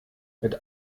mit